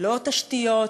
לא תשתיות,